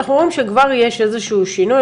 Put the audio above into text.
אנחנו רואים שכבר יש איזשהו שינוי,